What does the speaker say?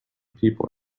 people